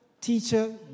teacher